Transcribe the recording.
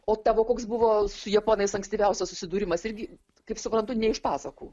o tavo koks buvo su japonais ankstyviausias susidūrimas irgi kaip suprantu ne iš pasakų